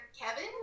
Kevin